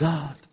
God